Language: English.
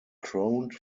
crowned